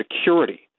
security